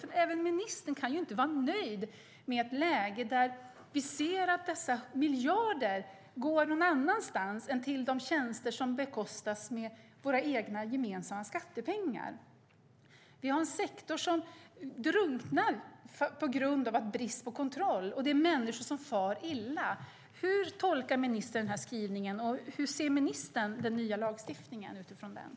Inte ens ministern kan vara nöjd med att dessa miljarder går någon annanstans än till de tjänster som bekostas med våra egna gemensamma skattepengar. Vi har en sektor som drunknar på grund av brist på kontroll, och människor far illa. Hur tolkar ministern skrivningen? Och hur ser ministern på den nya lagstiftningen utifrån skrivningen?